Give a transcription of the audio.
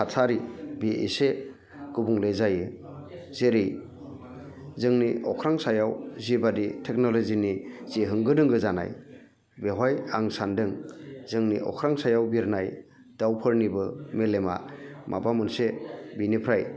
थासारि बे एसे गुबुंले जायो जेरै जोंनि अख्रां सायाव जिबायदि टेकनलजिनि जि होंगो दोंगो जानाय बेवहाय आं सानदों जोंनि अख्रां सायाव बिरनाय दाउफोरनिबो मेलेमा माबा मोनसे बिनिफ्राय